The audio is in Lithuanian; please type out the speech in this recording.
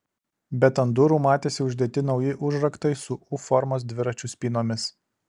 bet ant durų matėsi uždėti nauji užraktai su u formos dviračių spynomis